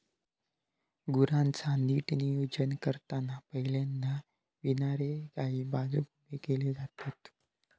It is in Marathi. गुरांचा नीट नियोजन करताना पहिल्यांदा विणारे गायी बाजुक उभे केले जातत